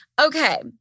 Okay